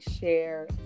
share